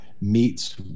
meets